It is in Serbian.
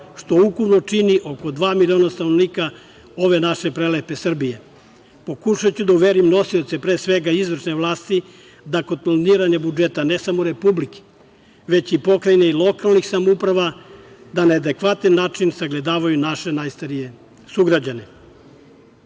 što ukupno čini oko dva miliona stanovnika ove naše prelepe Srbije, pokušaću da uverim nosioce, pre svega izvršne vlasti, da kod planiranja budžeta, ne samo republike, već i pokrajine i lokalnih samouprava, da na adekvatan način sagledavaju naše najstarije sugrađane. Madridski